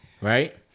Right